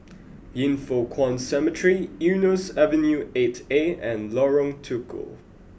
Yin Foh Kuan Cemetery Eunos Avenue eight A and Lorong Tukol